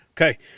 Okay